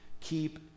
Keep